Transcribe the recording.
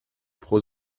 pro